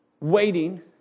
Waiting